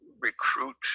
recruit